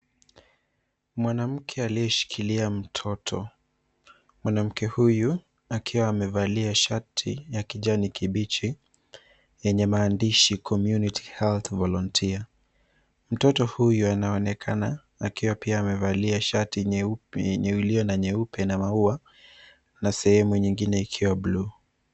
Mwanamke aliyeshikilia mtoto, mwanamke huyu akiwa amevalia shati ya kijani kibichi yenye maandishi community health volunteer .Mtoto huyu anaonekana akiwa pia amevalia shati iliyo na nyeupe na maua na sehemu nyingine ikiwa buluu.